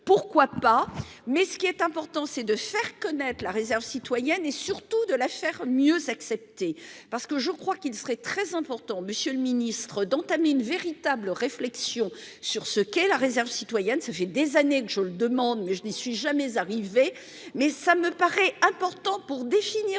pourquoi pas mais ce qui est important c'est de faire connaître la réserve citoyenne et surtout de la faire mieux accepter parce que je crois qu'il serait très important, Monsieur le Ministre d'entamer une véritable réflexion sur ce qu'est la réserve citoyenne, ça fait des années que je le demande, mais je n'y suis jamais arrivé mais ça me paraît important pour définir